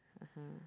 (uh huh)